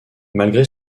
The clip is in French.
malgré